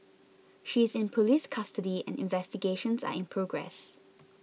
she is in police custody and investigations are in progress